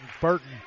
Burton